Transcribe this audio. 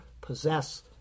possess